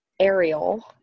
Ariel